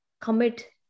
commit